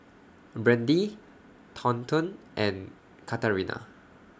Brandee Thornton and Katarina